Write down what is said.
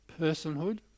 personhood